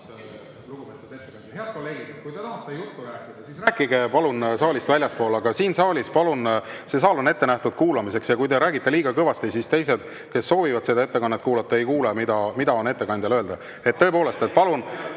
Head kolleegid, kui te tahate juttu rääkida, siis rääkige palun saalist väljaspool. Saalis palun [olla vaiksemalt], see saal on ette nähtud kuulamiseks. Kui te räägite liiga kõvasti, siis teised, kes soovivad ettekannet kuulata, ei kuule, mida on ettekandjal öelda. Tõepoolest, palun